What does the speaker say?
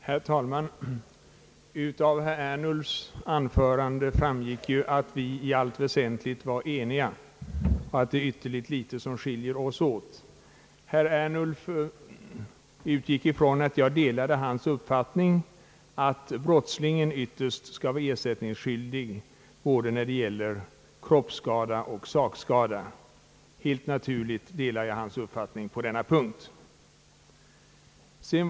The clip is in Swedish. Herr talman! Av herr Ernulfs anförande framgick att vi i allt väsentligt är eniga och att det är ytterligt litet som skiljer oss åt. Herr Ernulf utgick från att jag delar hans uppfattning att brottslingen ytterst skall vara ersättningsskyldig både när det gäller kroppsskada och när det gäller sakskada. Helt naturligt delar jag hans uppfattning på den punkten.